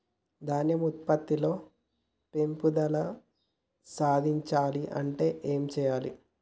ధాన్యం ఉత్పత్తి లో పెంపుదల సాధించాలి అంటే ఏం చెయ్యాలి?